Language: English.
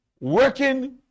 working